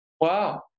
Wow